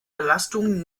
belastungen